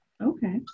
Okay